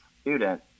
student